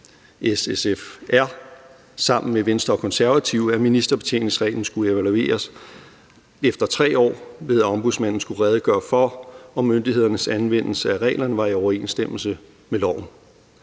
S-SF-R, sammen med Venstre og Konservative, at ministerbetjeningsreglen skulle evalueres efter 3 år, ved at Ombudsmanden skulle redegøre for, om myndighedernes anvendelse af reglerne var i overensstemmelse med loven.